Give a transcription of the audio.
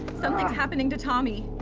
something's happening to tommy.